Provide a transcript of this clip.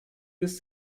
this